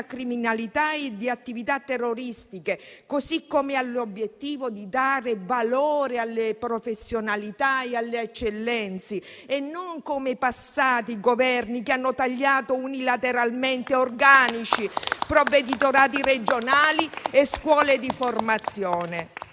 criminalità e di attività terroristiche. Tale Governo ha ugualmente l'obiettivo di dare valore alle professionalità e alle eccellenze: non come i passati Governi, che hanno tagliato unilateralmente organici, provveditorati regionali e scuole di formazione!